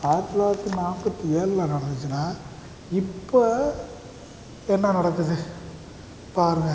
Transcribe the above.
ஆயிரத்தி தொள்ளாயிரத்தி நாற்பத்தி ஏழுல நடந்துச்சின்னா இப்போ என்ன நடக்குது பாருங்க